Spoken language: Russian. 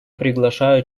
приглашаю